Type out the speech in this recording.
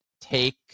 take